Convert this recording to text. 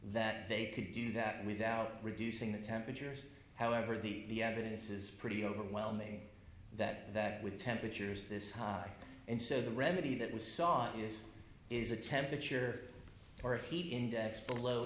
that they could do that without reducing the temperatures however the evidence is pretty overwhelming that that with temperatures this high and so the remedy that was sought is is a temperature or heat index below